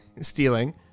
stealing